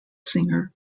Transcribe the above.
singer